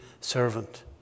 servant